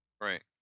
Right